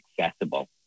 accessible